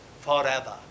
forever